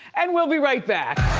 and we'll be right back.